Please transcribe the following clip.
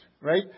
right